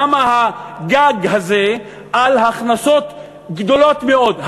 למה הגג הזה על הכנסות גדולות מאוד?